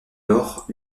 nord